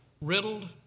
riddled